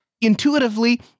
intuitively